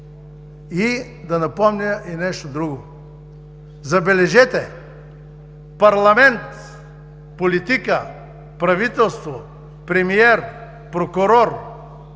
Да напомня и нещо друго. Забележете, парламент, политика, правителство, премиер, прокурор